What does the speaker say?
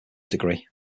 degree